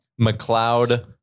mcleod